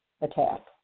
attack